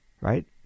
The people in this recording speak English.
right